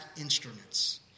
instruments